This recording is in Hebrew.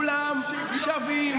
שוויון?